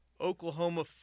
Oklahoma